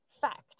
fact